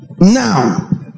Now